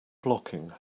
blocking